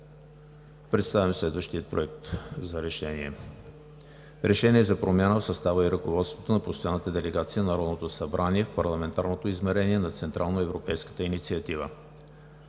Представям следващия: „Проект! РЕШЕНИЕ за промяна в състава и ръководството на Постоянната делегация на Народното събрание в Парламентарното измерение на Централноевропейската инициатива